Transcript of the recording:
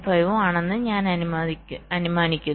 5 ഉം ആണെന്ന് ഞാൻ അനുമാനിക്കുന്നു